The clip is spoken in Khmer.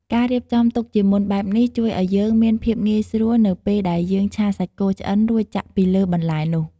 ការរៀបចំទុកជាមុនបែបនេះ ជួយឲ្យយើងមានភាពងាយស្រួលនៅពេលដែលយើងឆាសាច់គោឆ្អិនរួចចាក់ពីលើបន្លែនោះ។